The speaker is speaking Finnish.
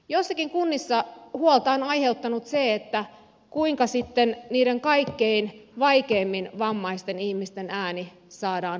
joissakin kunnissa huolta on aiheuttanut se kuinka sitten niiden kaikkein vaikeimmin vammaisten ihmisten ääni saadaan kuuluviin